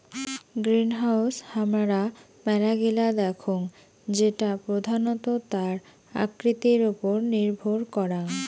greenhouse হামারা মেলা গিলা দেখঙ যেটা প্রধানত তার আকৃতির ওপর নির্ভর করাং